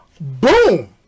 boom